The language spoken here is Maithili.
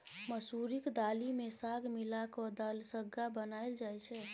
मसुरीक दालि मे साग मिला कय दलिसग्गा बनाएल जाइ छै